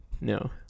No